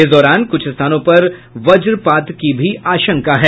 इस दौरान कुछ स्थानों पर वज्रपात की आशंका है